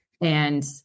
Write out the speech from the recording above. And-